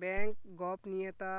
bank गोपनीयता